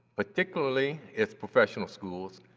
particularly its professional schools,